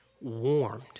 warmed